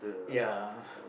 ya